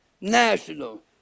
national